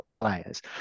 players